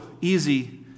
easy